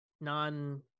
non